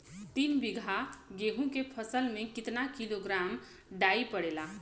तीन बिघा गेहूँ के फसल मे कितना किलोग्राम डाई पड़ेला?